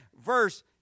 verse